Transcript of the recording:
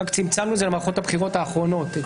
רק צמצמנו אותו למערכות הבחירות האחרונות.